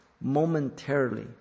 momentarily